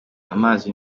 amazi